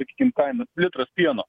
sakykim kainos litras pieno